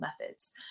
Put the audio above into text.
methods